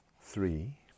three